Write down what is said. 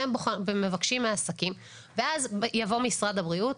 שהם מבקשים מעסקים ואז יבוא משרד בריאות,